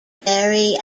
berry